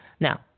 Now